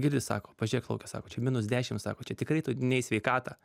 girdi sako pažiūrėk lauke sako čia minus dešimt sako čia tikrai tau ne į sveikatą